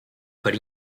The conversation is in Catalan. per